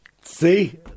See